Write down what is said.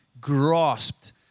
grasped